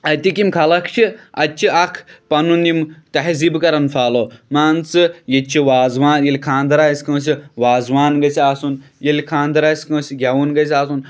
اَتِکۍ یِم خلق چھِ اَتہِ چھِ اکھ پَنُن یِم تہزیٖب کران فالو مان ژٕ ییٚتہِ چھُ وازوان ییٚلہِ خاندر آسہِ کٲنسہِ وازوان گژھِ آسُن ییٚلہِ خاندر آسہِ کٲنسہِ گیٚوُن گژھِ آسُن